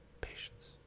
Patience